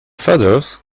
feathers